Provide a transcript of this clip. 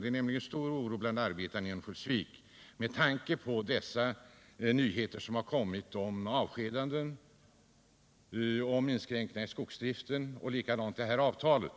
Det är nämligen stor oro bland arbetarna i Örnsköldsvik med tanke på dessa nyheter som har kommit om avskedanden, om inskränkningar i skogsbruken och om det här avtalet.